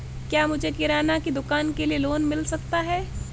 क्या मुझे किराना की दुकान के लिए लोंन मिल सकता है?